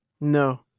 No